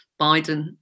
Biden